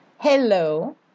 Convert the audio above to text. hello